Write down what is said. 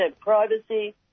privacy